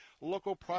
local